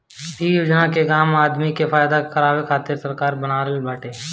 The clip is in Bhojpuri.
इ योजना के आम आदमी के फायदा करावे खातिर सरकार निकलले बाटे